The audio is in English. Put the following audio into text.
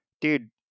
dude